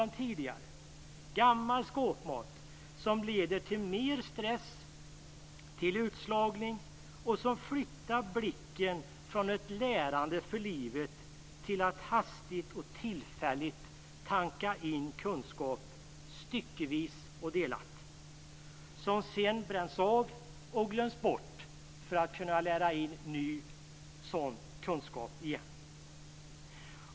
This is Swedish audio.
Det är gammal skåpmat som leder till mer stress, till utslagning och som flyttar blicken från ett lärande för livet till att hastigt och tillfälligt tanka kunskap, styckevis och delat, som sedan bränns av och glöms bort för att man ska kunna lära in ny sådan kunskap igen.